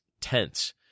tense